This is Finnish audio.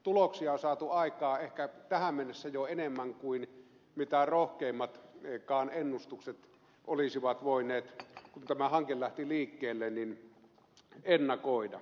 tuloksia on saatu aikaan ehkä tähän mennessä jo enemmän kuin rohkeimmatkaan ennustukset olisivat voineet kun tämä hanke lähti liikkeelle ennakoida